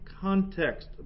context